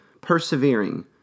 persevering